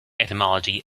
etymology